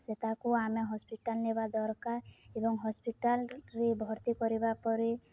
ସେ ତାକୁ ଆମେ ହସ୍ପିଟାଲ୍ ନେବା ଦରକାର ଏବଂ ହସ୍ପିଟାଲ୍ରେ ଭର୍ତ୍ତି କରିବା ପରେ